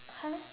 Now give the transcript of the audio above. !huh!